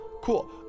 cool